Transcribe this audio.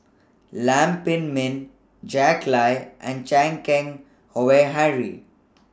Lam Pin Min Jack Lai and Chan Keng Howe Harry